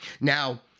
Now